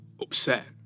upset